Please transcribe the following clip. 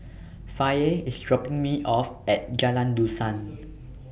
Faye IS dropping Me off At Jalan Dusan